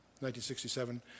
1967